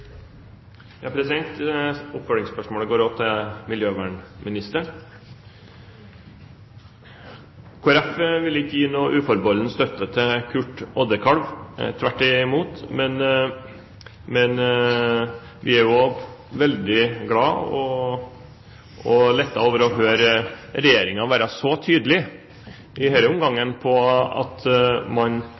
Oppfølgingsspørsmålet går også til miljøvernministeren. Kristelig Folkeparti vil ikke gi noen uforbeholden støtte til Kurt Oddekalv – tvert imot. Vi er veldig glad og lettet over å høre Regjeringen være så tydelig i denne omgangen på at man